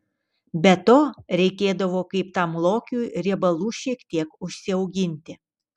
be to reikėdavo kaip tam lokiui riebalų šiek tiek užsiauginti